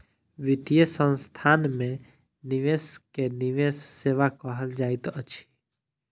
वित्तीय संस्थान में निवेश के निवेश सेवा कहल जाइत अछि